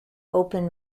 open